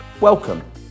welcome